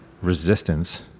resistance